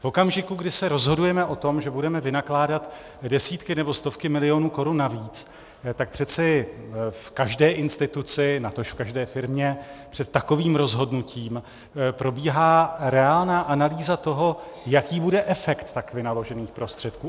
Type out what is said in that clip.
V okamžiku, kdy se rozhodujeme o tom, že budeme vynakládat desítky nebo stovky milionů korun navíc, tak přeci v každé instituci, natož v každé firmě před takovým rozhodnutím probíhá reálná analýza toho, jaký bude efekt tak vynaložených prostředků.